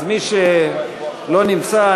אז מי שלא נמצא,